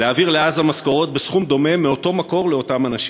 להעביר לעזה משכורות בסכום דומה מאותו מקור לאותם אנשים.